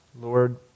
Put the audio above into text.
Lord